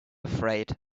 afraid